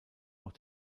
auch